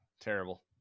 Terrible